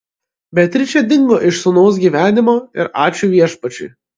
beatričė dingo iš sūnaus gyvenimo ir ačiū viešpačiui